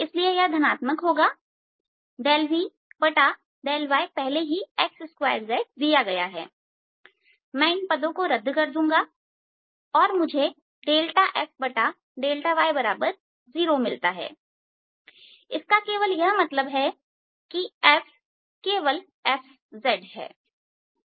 इसलिए यह धनात्मक होगा Vδy पहले ही x2zदिया गया है मैं इन पदों को रद्द कर दूंगा और मुझे fδy0 मिलता है इसका केवल यह मतलब है कि F केवल f है